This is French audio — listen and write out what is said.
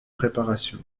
réparation